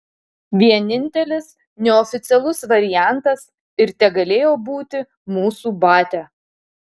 vienintelis neoficialus variantas ir tegalėjo būti mūsų batia